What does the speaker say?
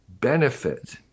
benefit